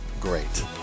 great